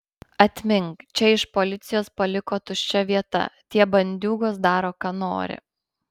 atmink čia iš policijos paliko tuščia vieta tie bandiūgos daro ką nori